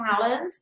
talent